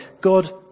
God